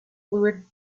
fluid